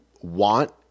want